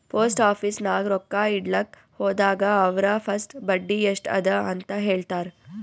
post office ನಾಗ್ ರೊಕ್ಕಾ ಇಡ್ಲಕ್ ಹೋದಾಗ ಅವ್ರ ಫಸ್ಟ್ ಬಡ್ಡಿ ಎಸ್ಟ್ ಅದ ಅಂತ ಹೇಳ್ತಾರ್